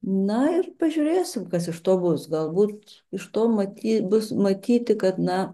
na ir pažiūrėsim kas iš to bus galbūt iš to matyt bus matyti kad na